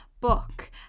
book